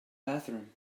bathroom